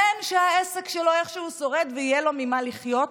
שהעסק שלו איכשהו ישרוד ויהיה לו ממה לחיות.